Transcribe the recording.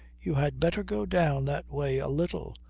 you had better go down that way a little,